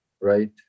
Right